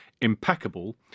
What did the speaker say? impeccable